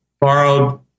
borrowed